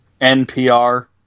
NPR